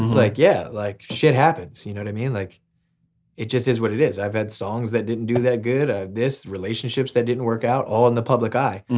like yeah like shit happens. you know what i mean like it just is what it is. i've had songs that didn't do that good. ah relationships that didn't work out, all in the public eye.